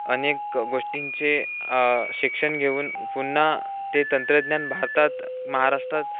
अनेक गोष्टींचे शिक्षण घेऊन पुन्हा ते तंत्रज्ञान भारतात महाराष्ट्रात